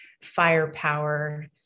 firepower